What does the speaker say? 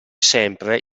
sempre